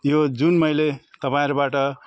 यो जुन मैले तपाईँहरूबाट